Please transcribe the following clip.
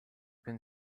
can